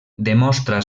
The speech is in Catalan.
demostra